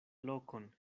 lokon